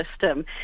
system